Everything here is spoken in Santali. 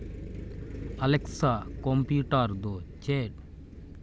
ᱟᱞᱮᱠᱥᱟ ᱠᱚᱢᱯᱤᱭᱩᱴᱟᱨ ᱫᱚ ᱪᱮᱫ